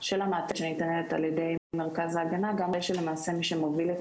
של המעטפת שניתנת ע"י מרכז ההגנה גם אחרי שמי שמוביל את